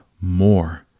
more